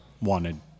wanted